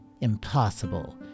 impossible